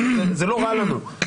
זה לא רע לנו.